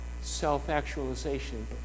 self-actualization